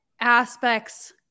aspects